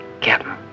Captain